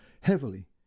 heavily